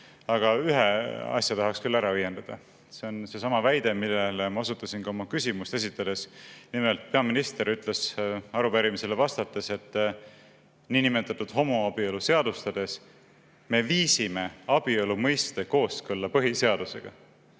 Aga ühe asja tahaks küll ära õiendada. See on seesama väide, millele ma osutasin ka oma küsimust esitades. Nimelt, peaminister ütles arupärimisele vastates, et niinimetatud homoabielu seadustades "me viisime abielu mõiste kooskõlla põhiseadusega".